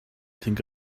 think